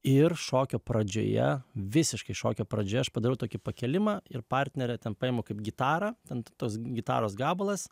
ir šokio pradžioje visiškai šokio pradžioje aš padarau tokį pakėlimą ir partnerę ten paimu kaip gitarą ten tos gitaros gabalas